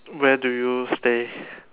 where do you stay